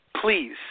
please